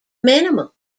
minimum